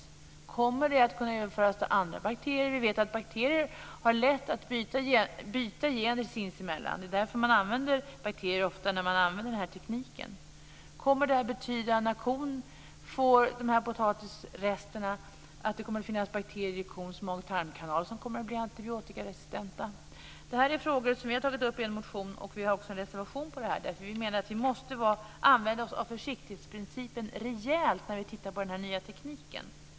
Kommer det att kunna införas i andra bakterier? Vi vet att bakterier har lätt att byta gener sinsemellan. Det är därför man använder bakterier ofta i den här tekniken. Kommer det här att betyda att när kon får de här potatisresterna att det kommer att finnas bakterier i kons mag och tarmkanal som kommer att bli antibiotikaresistenta? Det här är frågor som vi har tagit upp i en motion, och vi har också en reservation på det här. Vi menar att vi måste använda oss av försiktighetsprincipen rejält i fråga om den nya tekniken.